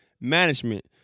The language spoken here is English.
management